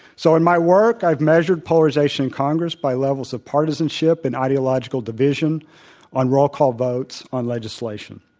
so and my work, i've measured polarization in congress by levels of partisanship and ideological division on roll call votes on legislation.